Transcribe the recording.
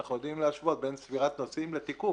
ואנחנו יודעים להשוות בין ספירת נוסעים לתיקוף.